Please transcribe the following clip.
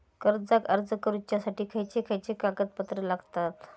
कर्जाक अर्ज करुच्यासाठी खयचे खयचे कागदपत्र लागतत